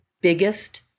biggest